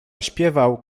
śpiewał